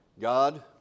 God